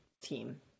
team